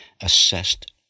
assessed